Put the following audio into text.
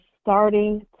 starting